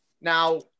Now